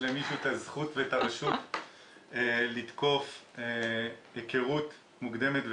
למישהו הזכות והרשות לתקוף היכרות מוקדמת.